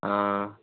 हाँ